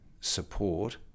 support